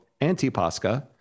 Antipasca